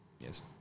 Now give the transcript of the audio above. yes